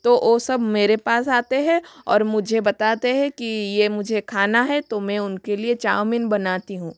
तो ओ सब मेरे पास आते है और मुझे बताते है कि ये मुझे खाना है तो मैं उनके लिए चाउमीन बनाती हूँ